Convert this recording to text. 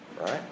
Right